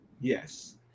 Yes